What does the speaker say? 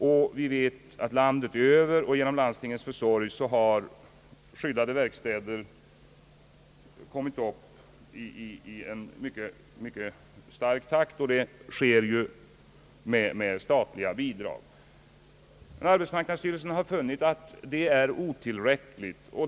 Vi vet också att landet över genom landstingets försorg skyddade verkstäder kommit till stånd i mycket snabb takt, med statliga bidrag. Arbetsmarknadsstyrelsen har emellertid funnit att det är otillräckligt.